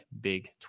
Big